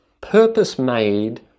purpose-made